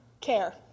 care